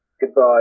Goodbye